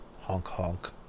honk-honk